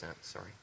sorry